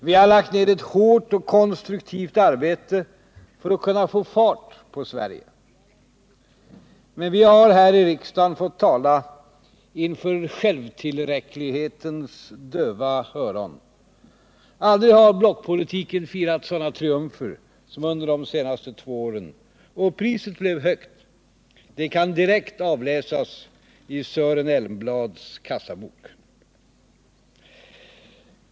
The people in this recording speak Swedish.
Vi har lagt ned ett hårt och konstruktivt arbete för att kunna få fart på Sverige. Men vi har här i riksdagen fått tala inför självtillräcklighetens döva öron. Aldrig har blockpolitiken firat sådana triumfer som under de senaste två åren. Och priset blev högt. Det kan direkt avläsas i Sören Elmblads kassabok.